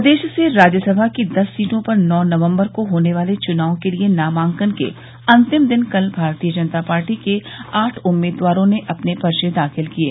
प्रदेश से राज्यसभा की दस सीटों पर नौ नवम्बर को होने वाले चुनाव के लिए नामांकन के अंतिम दिन कल भारतीय जनता पार्टी के आठ उम्मीदवारों ने अपने पर्चे दाखिल किये